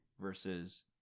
versus